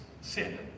sin